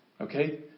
Okay